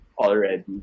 already